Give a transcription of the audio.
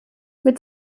mit